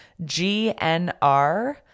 GNR